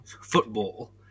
football